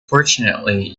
fortunately